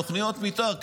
תוכניות מתאר,